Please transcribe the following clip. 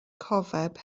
cofeb